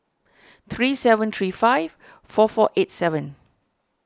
three seven three five four four eight seven